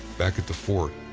back at the fort,